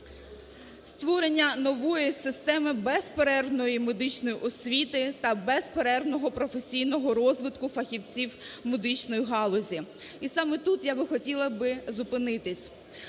створення нової системи безперервної медичної освіти та безперервного професійного розвитку фахівців медичної галузі. І саме тут я би хотіла зупинись.